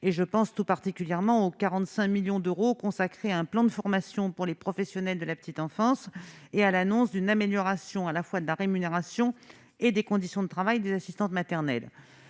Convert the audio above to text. et je pense tout particulièrement aux 45 millions d'euros consacrés à un plan de formation pour les professionnels de la petite enfance et à l'annonce d'une amélioration à la fois de la rémunération et des conditions de travail des assistantes maternelles